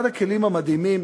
אחד הכלים המדהימים